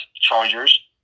Chargers